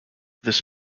this